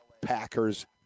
Packers